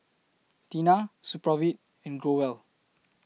Tena Supravit and Growell